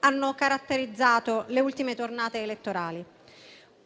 hanno caratterizzato le ultime tornate elettorali.